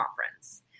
conference